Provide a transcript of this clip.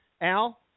Al